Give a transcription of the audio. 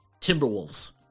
Timberwolves